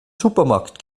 supermarkt